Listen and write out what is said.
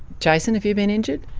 jason, have you been injured?